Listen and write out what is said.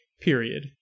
period